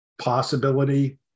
possibility